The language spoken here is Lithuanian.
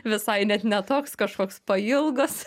visai net ne toks kažkoks pailgas